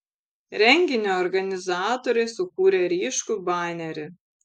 renginio organizatoriai sukūrė ryškų banerį